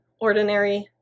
ordinary